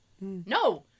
No